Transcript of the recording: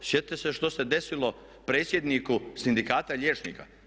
Sjetite se što se desilo predsjedniku Sindikata liječnika.